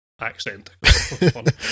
accent